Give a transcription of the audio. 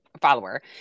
follower